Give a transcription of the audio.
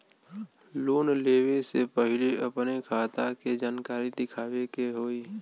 Loan लेवे से पहिले अपने खाता के जानकारी दिखावे के होई?